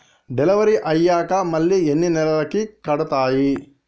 Delivery అయ్యాక మళ్ళీ ఎన్ని నెలలకి కడుతాయి?